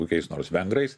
kokiais nors vengrais